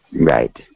Right